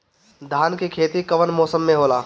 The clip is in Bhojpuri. धान के खेती कवन मौसम में होला?